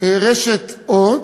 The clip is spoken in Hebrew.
רשת "אורט".